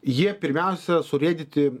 jie pirmiausia surėdyti